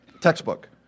textbook